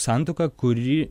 santuoką kuri